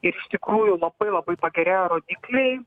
ir iš tikrųjų labai labai pagerėjo rodikliai